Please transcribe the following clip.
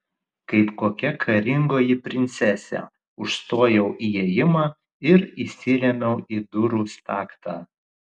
kaip kokia karingoji princesė užstojau įėjimą ir įsirėmiau į durų staktą